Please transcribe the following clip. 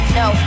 no